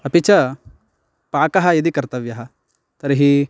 अपि च पाकः यदि कर्तव्यः तर्हि